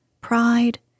pride